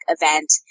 event